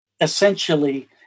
essentially